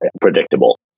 predictable